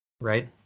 Right